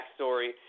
backstory